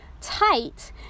tight